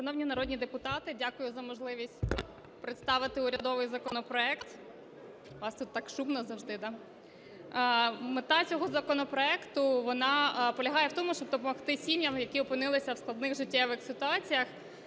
Шановні народні депутати, дякую за можливість представити урядовий законопроект. У вас так шумно завжди, да? Мета цього законопроекту, вона полягає в тому, щоб допомогти сім'ям, які опинилися в складних життєвих ситуаціях.